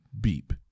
beep